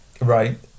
right